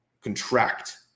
contract